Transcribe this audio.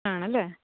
ആണല്ലേ